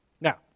Now